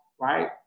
right